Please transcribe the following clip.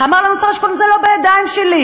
אמר לנו שר השיכון: זה לא בידיים שלי.